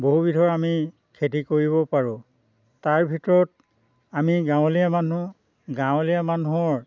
বহুবিধৰ আমি খেতি কৰিব পাৰোঁ তাৰ ভিতৰত আমি গাঁৱলীয়া মানুহ গাঁৱলীয়া মানুহৰ